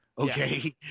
Okay